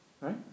right